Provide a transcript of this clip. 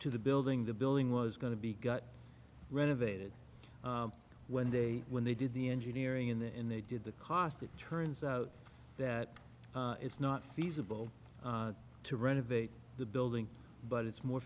to the building the building was going to be got renovated when they when they did the engineering in the end they did the cost it turns out that it's not feasible to renovate the building but it's more